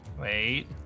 Wait